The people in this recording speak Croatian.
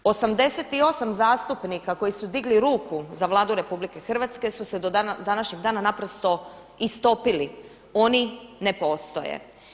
88 zastupnika koji su digli ruku za Vladu RH su se do današnjeg dana naprosto istopili, oni ne postoje.